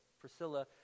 Priscilla